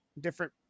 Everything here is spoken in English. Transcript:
different